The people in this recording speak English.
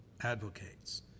advocates